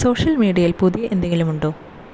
social മീഡിയയിൽ പുതിയ എന്തെങ്കിലും ഉണ്ടോ